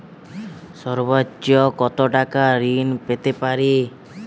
সর্বোচ্চ কত টাকা ঋণ পেতে পারি?